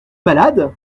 malades